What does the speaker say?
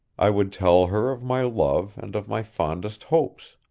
i would tell her of my love and of my fondest hopes.